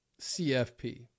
CFP